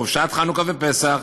חופשת חנוכה ופסח,